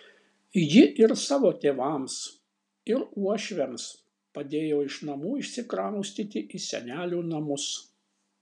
ji ir savo tėvams ir uošviams padėjo iš namų išsikraustyti į senelių namus